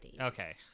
Okay